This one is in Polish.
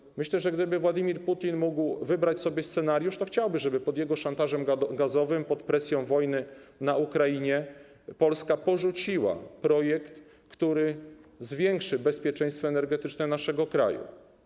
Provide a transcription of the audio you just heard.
Myślę, że gdyby dzisiaj Władimir Putin mógł wybrać sobie scenariusz, to chciałby, żeby pod jego szantażem gazowym, pod presją wojny w Ukrainie Polska porzuciła projekt, który zwiększy bezpieczeństwo energetyczne naszego kraju.